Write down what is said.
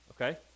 Okay